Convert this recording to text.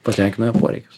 patenkina poreikius